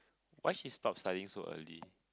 why she stop studying so early